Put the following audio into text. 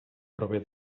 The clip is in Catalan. prové